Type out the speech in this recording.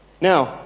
Now